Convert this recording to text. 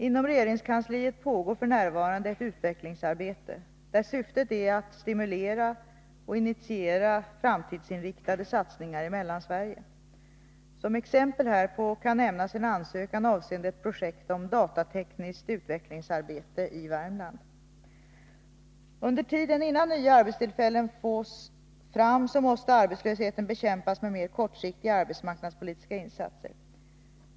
Inom regeringskansliet pågår f. n. ett utvecklingsarbete, där syftet är att stimulera och initiera framtidsinriktade satsningar i Mellansverige. Som exempel härpå kan nämnas en ansökan avseende ett projekt om datatekniskt utvecklingsarbete i Värmland. Under tiden, innan nya arbetstillfällen fås fram, måste arbetslösheten bekämpas med mer kortsiktiga arbetsmarknadspolitiska insatser.